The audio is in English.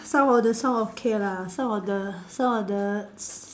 some of the songs okay lah some of the some of the s~